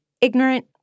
ignorant